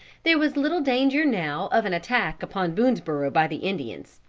there was little danger now of an attack upon boonesborough by the indians.